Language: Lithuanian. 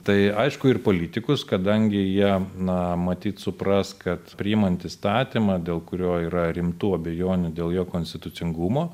tai aišku ir politikus kadangi jie na matyt supras kad priimant įstatymą dėl kurio yra rimtų abejonių dėl jo konstitucingumo